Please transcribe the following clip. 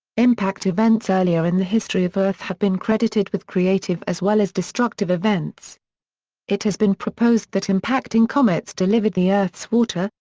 impact events earlier in the history of earth have been credited with creative as well as destructive events it has been proposed that impacting comets delivered the earth's water,